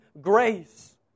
grace